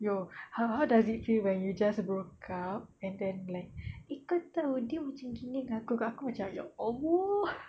yo how how does it feel when you just broke up and then like eh kau tahu dia macam gini kat aku kat aku macam ya allah